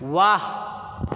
वाह